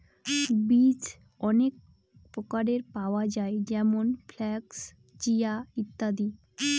বীজ অনেক প্রকারের পাওয়া যায় যেমন ফ্লাক্স, চিয়া, ইত্যাদি